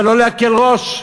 אבל לא להקל ראש.